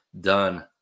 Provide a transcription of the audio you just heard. done